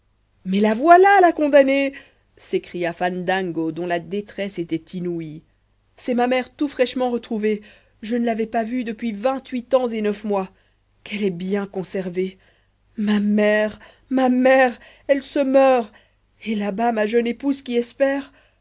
mais la voilà la condamnée s'écria fandango dont la détresse était inouïe c'est ma mère tout fraîchement retrouvée je ne l'avais pas vue depuis vingt-huit ans et neuf mois quelle est bien conservée ma mère ma mère elle se meurt et là-bas ma jeune épouse qui espère